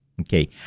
Okay